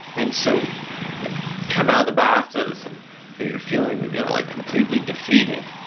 and so you come out of the baftas and here you're feeling you know like completely defeated,